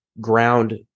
ground